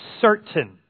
certain